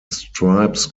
stripes